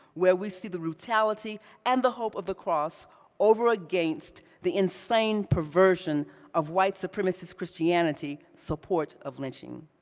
where we see the brutality and the hope of the cross over against the insane perversion of white supremacist christianity support of lynching.